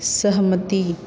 सहमति